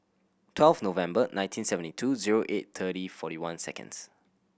twelve November nineteen seventy two zero eight thirty forty one seconds